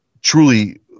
truly